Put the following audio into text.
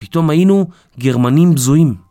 פתאום היינו גרמנים בזויים.